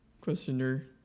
Questioner